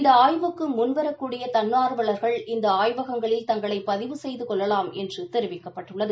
இந்த ஆய்வுக்கு முன்வரக் கூடிய தன்னார்வலா்கள் இந்த ஆய்வகங்களில் தங்களை பதிவு செய்து கொள்ளலாம் என்று தெரிவிக்கப்பட்டுள்ளது